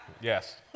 yes